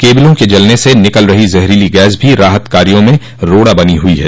केबिलों के जलने से निकल रही जहरीली गैस भी राहत कामों में रोड़ा बनी हुई है